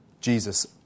Jesus